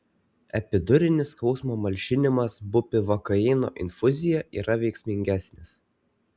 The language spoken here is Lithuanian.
epidurinis skausmo malšinimas bupivakaino infuzija yra veiksmingesnis